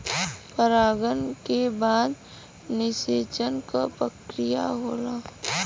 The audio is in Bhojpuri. परागन के बाद निषेचन क प्रक्रिया होला